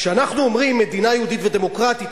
כשאנחנו אומרים מדינה יהודית ודמוקרטית,